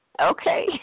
Okay